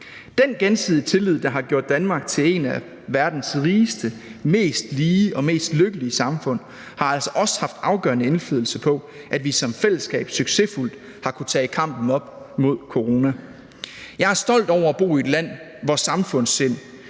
Den gensidige tillid, der har gjort Danmark til et af verdens rigeste, mest lige og mest lykkelige samfund, har altså også haft afgørende indflydelse på, at vi som fællesskab succesfuldt har kunnet tage kampen op mod corona. Jeg er stolt over at bo i et land, hvor samfundssind